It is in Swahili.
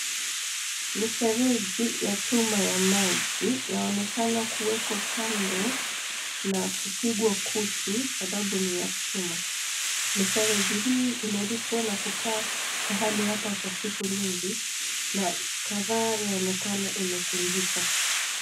Mifereji ya chuma ya maji yaoneka kuwekwa kando na kupigwa kutu sababu ni ya chuma. Mifereji hii imerushwa na kukaa mahali hapa kwa siku nyingi na kadhaa yaonekana imekunjika.